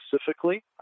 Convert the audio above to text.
specifically